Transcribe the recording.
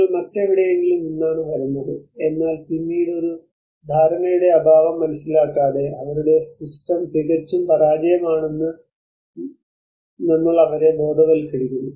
നിങ്ങൾ മറ്റെവിടെയെങ്കിലും നിന്നാണ് വരുന്നത് എന്നാൽ പിന്നീട് ഒരു ധാരണയുടെ അഭാവം മനസിലാക്കാതെ അവരുടെ സിസ്റ്റം തികച്ചും പരാജയമാണെന്ന് ഞങ്ങൾ അവരെ ബോധവൽക്കരിക്കുന്നു